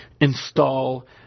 install